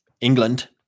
England